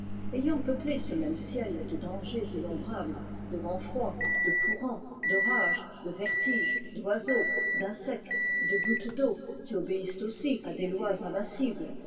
mt peuplé ce même ciel de dangers ind irables de vents froids de courants d es de vertiges d'oiseaux d'insectes de gouttes d'eau qui obéissent aussi à des lois invincitles